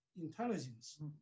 intelligence